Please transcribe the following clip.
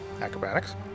acrobatics